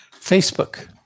Facebook